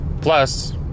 Plus